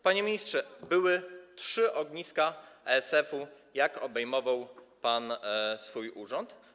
Panie ministrze, były trzy ogniska ASF, gdy obejmował pan swój urząd.